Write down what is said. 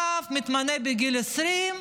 רב מתמנה בגיל 20,